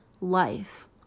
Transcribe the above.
life